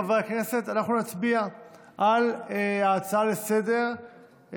חברי הכנסת אנחנו נצביע על ההצעה לסדר-היום,